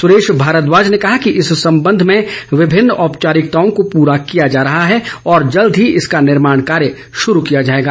सुरेश भारद्वाज ने कहा कि इस संबंध में विभिन्न औपचारिकताओं को पूरा किया जा रहा है और जल्द ही इसका निर्माण कार्य शुरू किया जाएगा